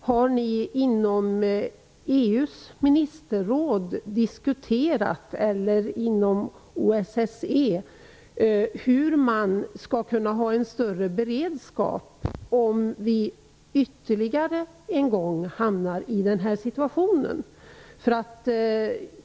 Har ni inom EU:s ministerråd eller OSSE diskuterat hur man skall kunna ha en större beredskap om vi ytterligare en gång hamnar i den här situationen?